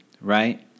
right